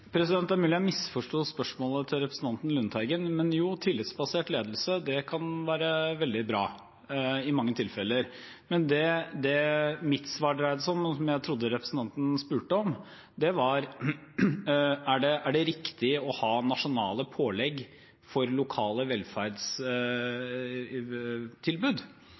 Det er mulig jeg misforsto spørsmålet til representanten Lundteigen, men jo, tillitsbasert ledelse kan være veldig bra i mange tilfeller. Det mitt svar dreide seg om, og det jeg trodde representanten spurte om, var: Er det riktig å ha nasjonale pålegg for lokale velferdstilbud?